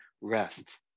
rest